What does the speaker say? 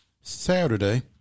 Saturday